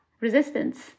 resistance